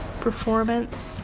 performance